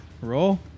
Roll